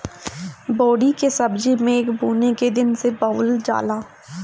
बोड़ी के सब्जी मेघ बूनी के दिन में बोअल जाला